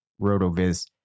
RotoViz